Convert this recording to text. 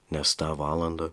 nes tą valandą